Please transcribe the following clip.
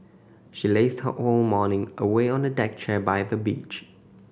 she lazed her whole morning away on a deck chair by the beach